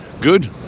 Good